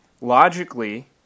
logically